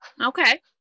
okay